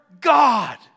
God